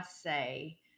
say